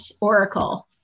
Oracle